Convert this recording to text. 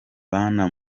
bana